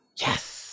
Yes